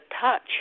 touch